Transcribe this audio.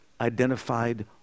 identified